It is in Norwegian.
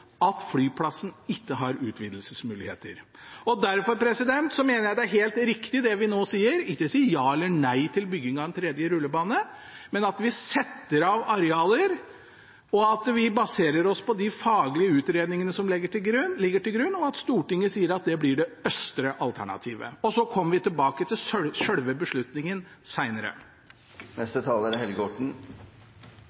at flyplassen ikke har utvidelsesmuligheter. Derfor mener jeg det er helt riktig, det vi nå sier, at vi ikke sier ja eller nei til bygging av en tredje rullebane, men at vi setter av arealer, at vi baserer oss på de faglige utredningene som ligger til grunn, og at Stortinget sier at det blir det østre alternativet. Så kommer vi tilbake til selve beslutningen